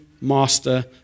master